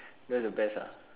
that's the best ah